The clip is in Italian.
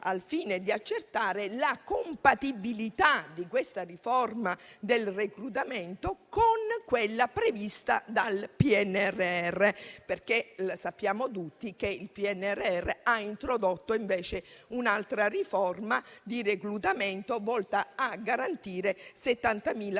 al fine di accertare la compatibilità di questa riforma del reclutamento con quella prevista dal PNRR, perché sappiamo tutti che il PNRR ha introdotto un'altra riforma del reclutamento volta a garantire 70.000